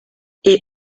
est